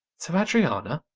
to adriana!